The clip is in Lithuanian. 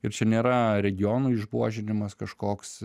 ir čia nėra regionų išbuožinimas kažkoks